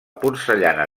porcellana